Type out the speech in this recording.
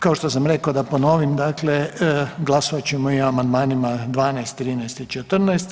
Kao što sam rekao, da ponovim, dakle glasovat ćemo i o amandmanima 12, 13 i 14.